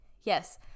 Yes